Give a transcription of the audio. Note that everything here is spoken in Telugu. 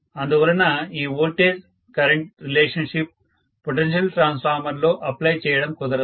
అందువలన ఈ voltage current relationship potential transformer లో అప్ప్లై చేయడం కుదరదు